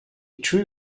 true